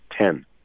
ten